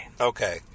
okay